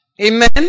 Amen